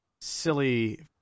silly